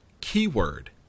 keyword